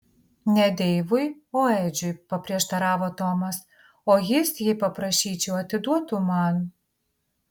ne deivui o edžiui paprieštaravo tomas o jis jei paprašyčiau atiduotų man